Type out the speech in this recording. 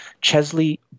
Chesley